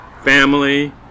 family